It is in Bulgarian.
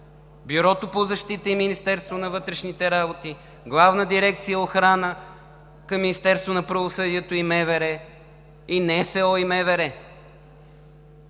Бюрото по защита и Министерството на вътрешните работи, Главна дирекция „Охрана“ към Министерството на правосъдието и МВР, НСО и МВР,